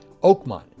Oakmont